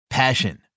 Passion